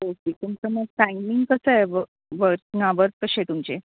okay तुमचं मग timing कसं आहे वर्क वर्किंग अवर्स कसे आहे तुमचे